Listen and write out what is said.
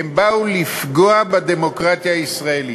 הן באו לפגוע בדמוקרטיה הישראלית.